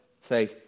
Say